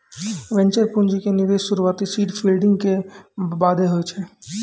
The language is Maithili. वेंचर पूंजी के निवेश शुरुआती सीड फंडिंग के बादे होय छै